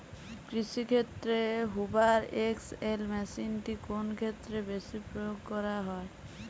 কৃষিক্ষেত্রে Hoover XL মেশিনটি কোন ক্ষেত্রে বেশি প্রয়োগ করা হয়?